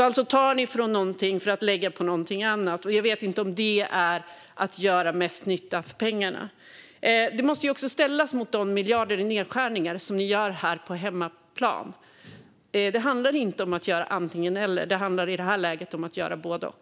Alltså tar ni från någonting för att lägga på någonting annat. Jag vet inte om det är att göra mest nytta för pengarna. Det måste också ställas mot de miljarder i nedskärningar som ni gör på hemmaplan. Det handlar inte om att göra antingen eller. Det handlar i det här läget om att göra både och.